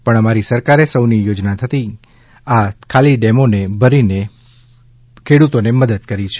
પણ અમારી સરકારે સૌની યૌજના થકી આ તમામ ખાલી ડેમો ભરી ખેડૂતોની મદદ કરી છે